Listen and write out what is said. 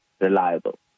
reliable